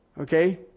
Okay